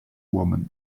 woman